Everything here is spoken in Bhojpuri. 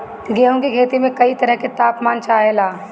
गेहू की खेती में कयी तरह के ताप मान चाहे ला